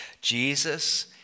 Jesus